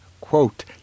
quote